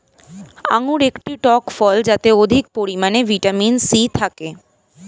আঙুর একটি টক ফল যাতে অধিক পরিমাণে ভিটামিন সি থাকে